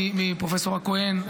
מפרופסור הכהן.